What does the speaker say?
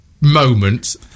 moments